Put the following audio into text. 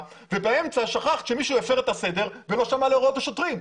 ובאמצע שכחת שמישהו הפר את הסדר ולא שמע להוראות השוטרים.